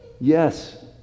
Yes